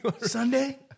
Sunday